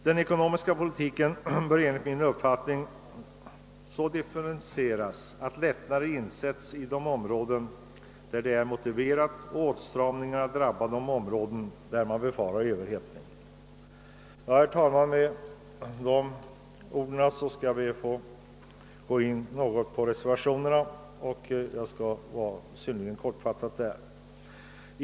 Den ekonomiska politiken bör enligt min uppfattning så differentieras, att lättnader insätts i de områden där det är motiverat och att åtstramningar drabbar de områden där man befarar överhettning i konjunkturen. Herr talman! Efter det jag nu anfört skall jag be att få beröra reservationerna. Jag skall göra det synnerligen kortfattat.